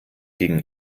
gegen